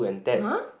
!huh!